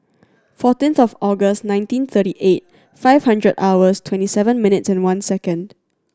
fourteenth of August nineteen thirty eight five hundred hours twenty seven minutes and one second